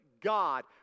God